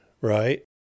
Right